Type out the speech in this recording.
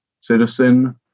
citizen